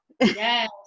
Yes